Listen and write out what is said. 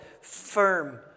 firm